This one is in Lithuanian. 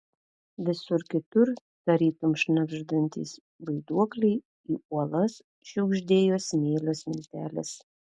visur kitur tarytum šnabždantys vaiduokliai į uolas šiugždėjo smėlio smiltelės